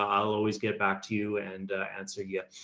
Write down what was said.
i'll always get back to you and answer yet,